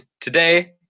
today